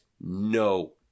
no